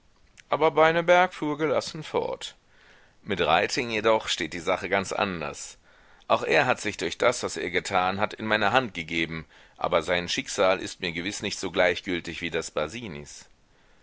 aber beineberg fuhr gelassen fort mit reiting jedoch steht die sache ganz anders auch er hat sich durch das was er getan hat in meine hand gegeben aber sein schicksal ist mir gewiß nicht so gleichgültig wie das